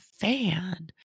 fan